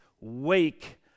wake